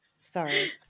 Sorry